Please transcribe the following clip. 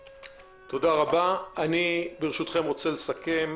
תודה, אני רוצה לסכם.